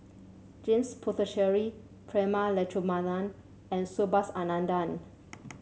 James Puthucheary Prema Letchumanan and Subhas Anandan